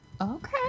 Okay